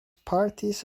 parties